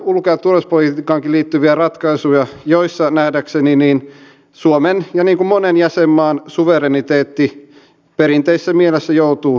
kysynkin olisiko suomalaisella puhtaalla vedellä kenties mahdollisuuksia tuolla maailmalla ja kun maailmalle lähdetään niin olisiko tätä vesiasiaa vietävä siellä vielä enemmän